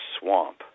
swamp